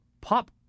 pop